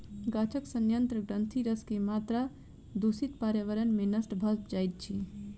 गाछक सयंत्र ग्रंथिरस के मात्रा दूषित पर्यावरण में नष्ट भ जाइत अछि